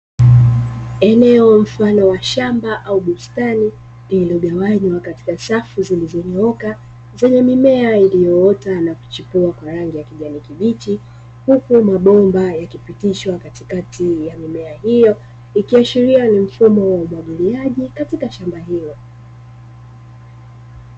Eneo mfano wa shamba au bustani lililogawanywa katika safu zilizo nyooka zenye mimea iliyoota na kuchipua kwa rangi ya kijani kibichi , huku mabomba yakipitishwa katikati ya mimea hiyo, ikiashiria ni mfumo wa umwagiliaji katika shamba hilo.